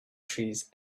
trees